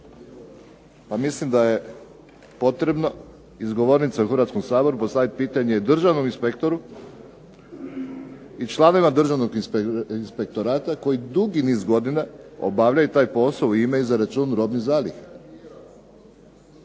Mislim da je potrebno iz govornice u Hrvatskom saboru postaviti pitanje državnom inspektoru i članovima Državnog inspektorata koji dugi niz godina obavljaju taj posao u ime i za račun robnih zaliha.